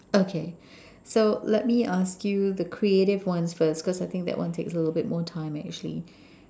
okay so let me ask you the creative ones first because I think that one takes a little bit more time actually